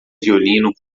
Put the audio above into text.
violino